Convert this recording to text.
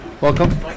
Welcome